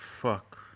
fuck